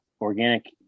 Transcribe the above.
organic